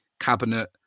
cabinet